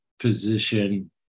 position